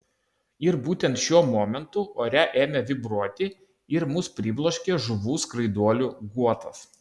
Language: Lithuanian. ir būtent šiuo momentu ore ėmė vibruoti ir mus pribloškė žuvų skraiduolių guotas